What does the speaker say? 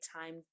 time